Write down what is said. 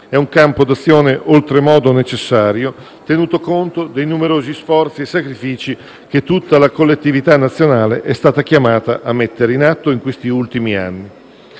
È un campo d'azione oltremodo necessario, tenuto conto dei numerosi sforzi e sacrifici che tutta la collettività nazionale è stata chiamata a mettere in atto in questi ultimi anni.